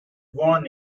born